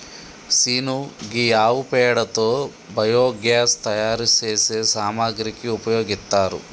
scene గీ ఆవు పేడతో బయోగ్యాస్ తయారు సేసే సామాగ్రికి ఉపయోగిత్తారు